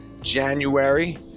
January